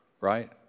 Right